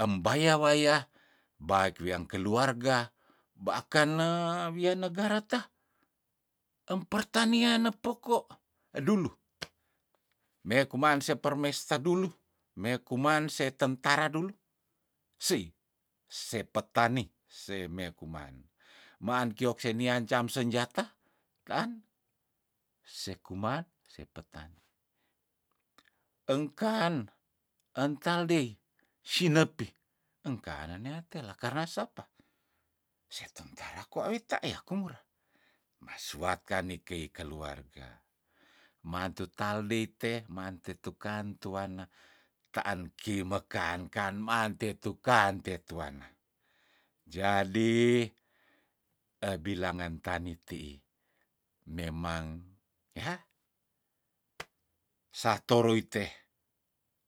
embaya waya baik wiang keluarga bakang nge wia negara ta empertanian nepoko edulu mea kuman sepermesta dulu mea kuman se tentara dulu seih sepetani semea kuman maan kiok senian jam senjata kaan sekuman se petani engkan ental deih sinepih engkanen neate lakarna sapa setentara kwa weta yah kong murah masuwatkan nikei keluarga mante taldei tea mante tukan tuana taan kimekan kan maante tukan tetuanna jadi eh bilangan tani teih memang yah satoroite